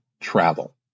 travel